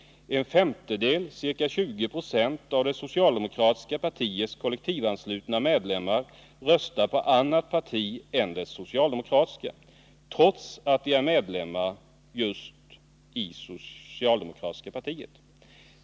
En femtedel, ca 2096, av det socialdemokratiska partiets kollektivanslutna medlemmar röstar på annat parti än det socialdemokratiska, trots att de är medlemmar där.